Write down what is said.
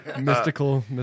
mystical